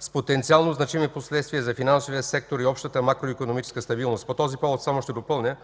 с потенциално значими последствия за финансовия сектор и общата макроикономическа стабилност”. По този повод само ще допълня,